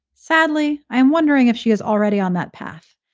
sadly, i am wondering if she is already on that path.